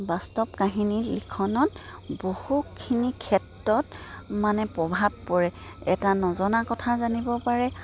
বাস্তৱ কাহিনীৰ লিখনত বহুখিনি ক্ষেত্ৰত মানে প্ৰভাৱ পৰে এটা নজনা কথা জানিব পাৰে